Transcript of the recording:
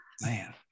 Man